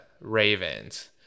Ravens